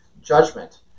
judgment